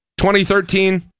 2013